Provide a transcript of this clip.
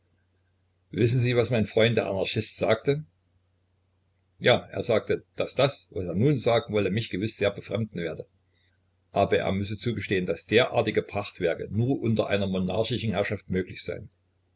wissen sie was mein freund der anarchist sagte ja er sagte daß das was er nun sagen wolle mich gewiß sehr befremden werde aber er müsse zugestehen daß derartige prachtwerke nur unter einer monarchischen herrschaft möglich seien